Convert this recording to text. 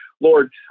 Lord